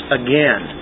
again